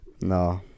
No